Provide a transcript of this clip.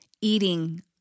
eating